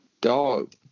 Dog